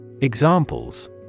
Examples